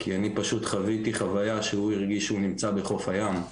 כי אני פשוט חוויתי חוויה שהוא הרגיש שהוא נמצא בחוף הים.